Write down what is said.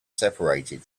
separated